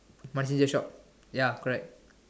money changer shop ya correct